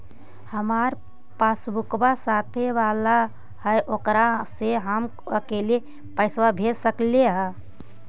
हमार पासबुकवा साथे वाला है ओकरा से हम अकेले पैसावा भेज सकलेहा?